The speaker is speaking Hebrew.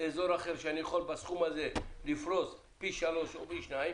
אזור אחר שבו אני יכול בסכום הזה לפרוס פי שלושה או פי שניים,